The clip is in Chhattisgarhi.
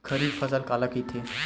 खरीफ फसल काला कहिथे?